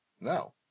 No